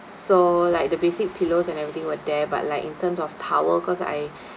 so like the basic pillows and everything were there but like in terms of towel cause I